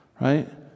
right